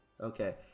Okay